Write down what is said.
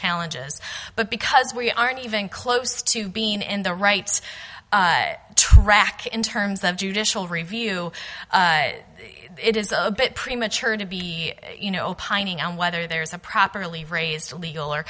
challenges but because we aren't even close to being in the right track in terms of judicial review it is a bit premature to be you know opining on whether there is a properly raised legal or